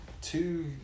Two